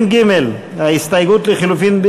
הסתייגות לחלופין (ב)